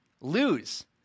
lose